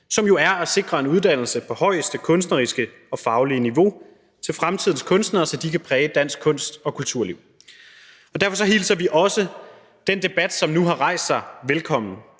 som jo er at sikre en uddannelse på højeste kunstneriske og faglige niveau til fremtidens kunstnere, så de kan præge dansk kunst og kulturliv. Derfor hilser vi også den debat om de kunstneriske